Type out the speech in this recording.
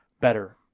better